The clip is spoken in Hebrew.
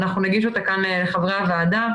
אנחנו נגיש אותה כאן לחברי הוועדה.